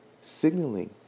signaling